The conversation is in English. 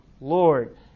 Lord